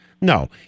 No